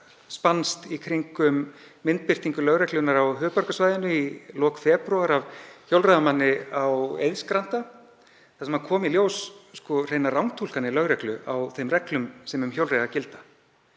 spannst í kringum myndbirtingu lögreglunnar á höfuðborgarsvæðinu í lok febrúar af hjólreiðamanni á Eiðsgranda þar sem komu í ljós hreinar rangtúlkanir lögreglu á þeim reglum sem um hjólreiðar gilda,